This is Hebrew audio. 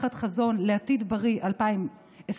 תחת חזון לעתיד בריא 2020,